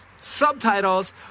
subtitles